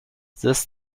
this